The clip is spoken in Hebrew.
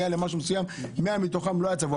100 מתוכם לא היה צבוע,